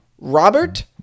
Robert